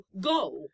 go